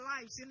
lives